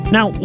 Now